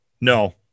No